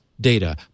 Data